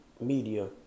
Media